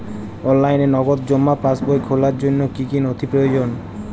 অনলাইনে নগদ জমা পাসবই খোলার জন্য কী কী নথি প্রয়োজন?